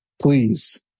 please